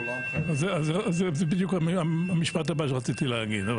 זה בדיוק המשפט הבא שרציתי להגיד.